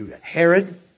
Herod